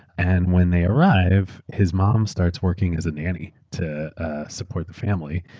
and when they arrived, his mom starts working as a nanny to support the family.